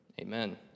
Amen